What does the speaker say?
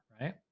right